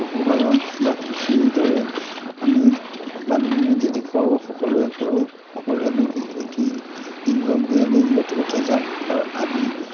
পশুপালন বা কৃষিৰ দৰে আমি মানুহখিনি যদি কৰোঁ সকলোৱে কৰোঁ সকলোৱে আমি অতি ইনকাম কৰি আমি উন্নত পথে যাম আৰু আমি